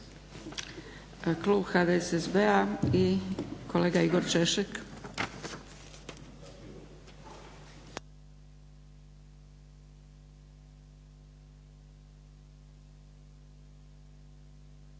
Klub HDSSB-a i kolega Igor Češek.